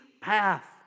path